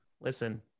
listen